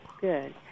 good